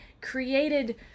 created